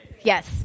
yes